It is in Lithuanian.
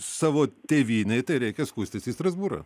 savo tėvynėj tai reikia skųstis į strasbūrą